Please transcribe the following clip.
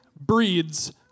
breeds